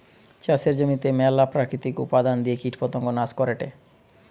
চাষের জমিতে মেলা প্রাকৃতিক উপাদন দিয়ে কীটপতঙ্গ নাশ করেটে